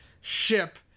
ship